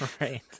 Right